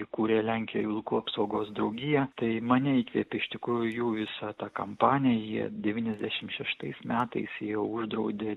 įkūrė lenkijoj vilkų apsaugos draugiją tai mane įkvėpė iš tikrųjų jų visa ta kampanija devyniasdešim šeštais metais jie uždraudė